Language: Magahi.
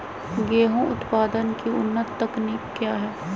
गेंहू उत्पादन की उन्नत तकनीक क्या है?